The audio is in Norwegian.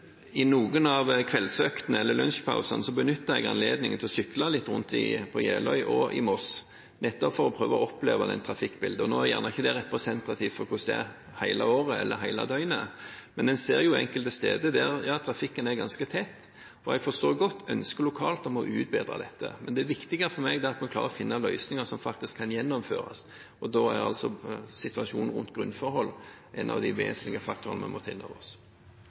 I noen av kveldsøktene eller lunsjpausene benyttet jeg anledningen til å sykle litt rundt på Jeløya og i Moss nettopp for å prøve å oppleve trafikkbildet. Nå er jo ikke det representativt for hvordan det er hele året eller hele døgnet, men en ser enkelte steder at trafikken er ganske tett, og jeg forstår godt ønsket lokalt om å utbedre dette. Men det viktige for meg er at en klarer å finne løsninger som faktisk kan gjennomføres. Da er situasjonen rundt grunnforhold en av de vesentlige faktorene vi må ta inn over oss.